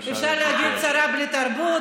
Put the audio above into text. אפשר להגיד שרה בלי תרבות,